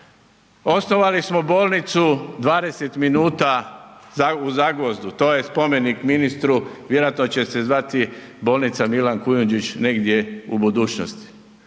Osnovali smo bolnicu 20 minuta u Zagvozdu, to je spomenik ministru, vjerojatno će se zvati bolnica Milan Kujundžić negdje u budućnosti.